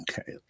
Okay